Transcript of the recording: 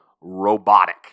robotic